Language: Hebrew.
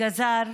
מינהלי,